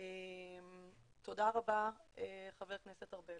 תודה רבה ח"כ ארבל,